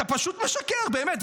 אתה פשוט משקר, באמת.